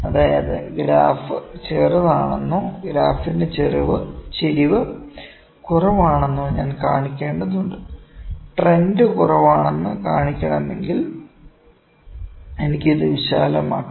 അതായത് ഗ്രാഫ് ചെറുതാണെന്നോ ഗ്രാഫിന്റെ ചരിവ് കുറവാണെന്നോ ഞാൻ കാണിക്കേണ്ടതുണ്ട് ട്രെൻഡ് കുറവാണെന്ന് കാണിക്കണമെങ്കിൽ എനിക്ക് ഇത് വിശാലമാക്കാം